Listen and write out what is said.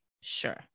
Sure